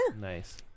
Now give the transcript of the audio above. Nice